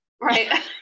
Right